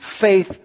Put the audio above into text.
faith